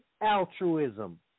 altruism